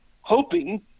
hoping